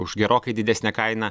už gerokai didesnę kainą